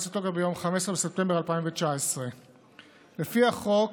לתוקף ביום 15 בספטמבר 2019. לפי החוק,